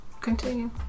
continue